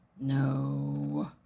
No